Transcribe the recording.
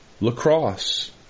lacrosse